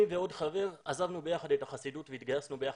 אני ועוד חבר עזבנו ביחד את החסידות והתגייסנו לצבא,